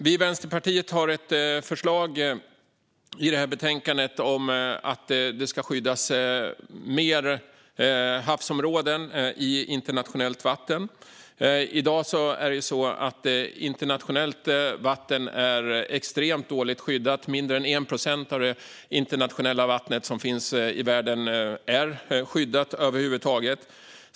Vi i Vänsterpartiet har ett förslag i det här betänkandet om att fler havsområden ska skyddas i internationellt vatten. I dag är internationellt vatten extremt dåligt skyddat. Mindre än 1 procent av det internationella vattnet i världen är skyddat över huvud taget.